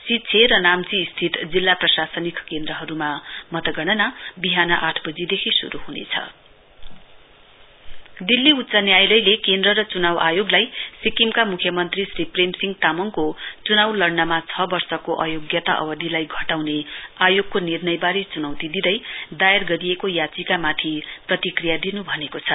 सिच्छे र नाम्चीस्थित जिल्ला प्रशासनिक केन्द्रहरूमा मतगणना बिहान आठ बजीदेखि शुरु हुनेछ सीएम नोटिस दिल्ली उच्च न्यायालयले केन्द्र र चुनाउ आयोगलाई सिक्किमका मुख्य मन्त्री श्री प्रेम सिंह तामाङको चुनाउ लड़नमा छ वर्षको अयोग्यता अवधिलाई घटाउने आयोगको निर्णयबारे चुनौती दिँदै दायर गरिएको याचिकामाथि प्रतिक्रिया दिनु भनेको छ